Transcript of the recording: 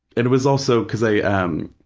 and it was also because i, ah um